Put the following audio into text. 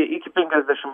iki penkiasdešim